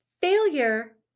failure